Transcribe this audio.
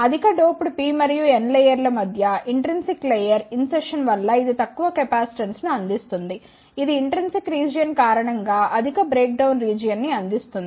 అధిక doped P మరియు N layer ల మధ్య ఇంట్రిన్సిక్ లేయర్ ఇంసెర్షన్ వల్ల ఇది తక్కువ కెపాసిటెన్స్ను అందిస్తుంది ఇది ఇంట్రిన్సిక్ రీజియన్ కారణం గా అధిక బ్రేక్డౌన్ రీజియన్ ని అందిస్తుంది